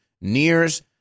nears